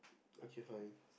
okay fine